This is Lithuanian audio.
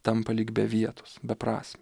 tampa lyg be vietos beprasmiai